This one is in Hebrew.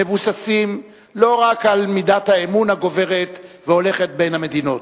מבוססים לא רק על מידת האמון הגוברת והולכת בין המדינות.